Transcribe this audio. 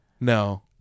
No